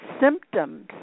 Symptoms